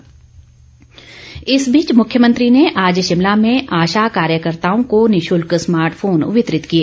smart phone इस बीच मुख्यमंत्री ने आज शिमला में आशा कार्यकर्ताओं को निशुल्क स्मार्ट फोन वितरित किए